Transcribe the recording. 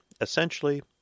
Essentially